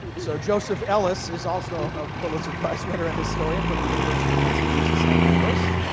so joseph ellis is also a pulitzer prize-winner and historian from the university of massachusetts at amherst.